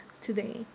today